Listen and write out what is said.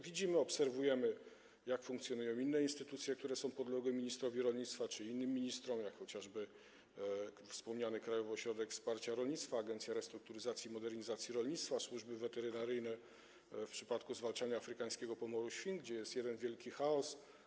Widzimy, obserwujemy, jak funkcjonują inne instytucje, które są podległe ministrowi rolnictwa czy innym ministrom, jak chociażby wspomniany Krajowy Ośrodek Wsparcia Rolnictwa, Agencja Restrukturyzacji i Modernizacji Rolnictwa, służby weterynaryjne w przypadku zwalczania afrykańskiego pomoru świń, gdzie jest jeden wielki chaos.